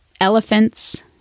elephants